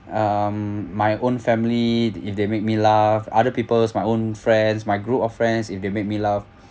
um my own family if they make me laugh other peoples my own friends my group of friends if they make me laugh